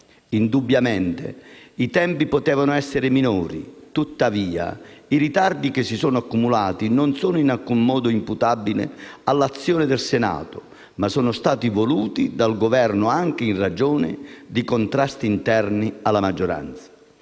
Indubbiamente i tempi potevano essere minori, tuttavia i ritardi che si sono accumulati non sono in alcun modo imputabili all'azione del Senato, ma sono stati voluti dal Governo anche in ragione di contrasti interni alla maggioranza.